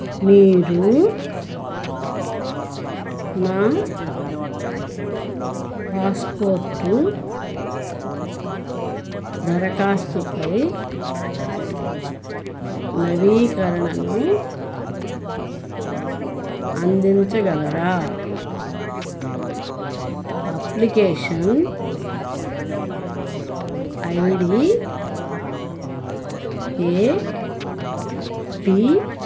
మీరు నా పాస్పోర్టు దరఖాస్తుపై నవీకరణను అందించగలరా అప్లికేషన్ ఐడి ఏపీ